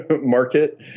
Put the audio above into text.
market